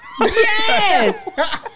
Yes